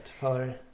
follow